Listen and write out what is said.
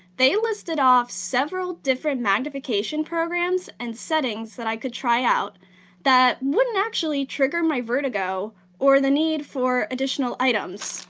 they listed off several different magnification magnification programs and settings that i could try out that wouldn't actually trigger my vertigo or the need for additional items,